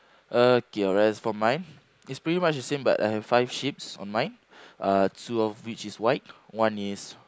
okay alright as for mine it's pretty much the same but I have five sheep's on mine uh two of which is white one is